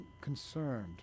concerned